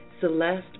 Celeste